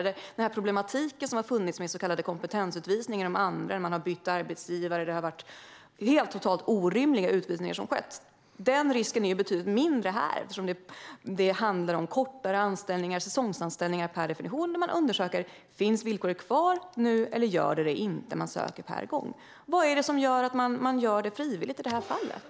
Risken att problematiken som har funnits med så kallade kompetensutvisningar då man har bytt arbetsgivare eller annat och det har skett helt orimliga utvisningar är betydligt mindre här eftersom det handlar om kortare anställningar, säsongsanställningar per definition, där man undersöker om villkoret finns kvar eller om det inte gör det. Man söker per gång. Vad är det som gör att man gör det frivilligt i det här fallet?